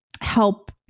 help